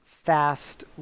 Fast